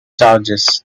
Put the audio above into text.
charges